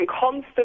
constant